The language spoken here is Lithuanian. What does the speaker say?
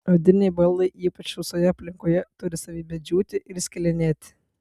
odiniai baldai ypač sausoje aplinkoje turi savybę džiūti ir skilinėti